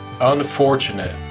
unfortunate